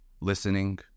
listening